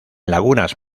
lagunas